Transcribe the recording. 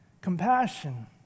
compassion